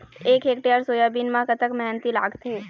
एक hectare soybean म कतक मेहनती लागथे?